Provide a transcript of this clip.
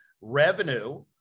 revenue